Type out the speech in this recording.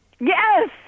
Yes